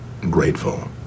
grateful